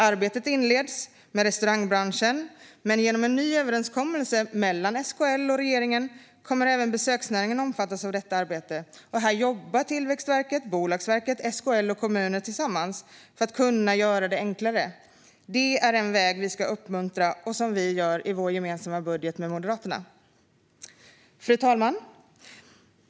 Arbetet inleds med restaurangbranschen, men genom en ny överenskommelse mellan SKL och regeringen kommer även besöksnäringen att omfattas av detta arbete. Här jobbar Tillväxtverket, Bolagsverket, SKL och kommuner tillsammans för att kunna göra det enklare. Detta är en väg vi ska uppmuntra och som vi och Moderaterna gör i vår gemensamma budget. Fru talman!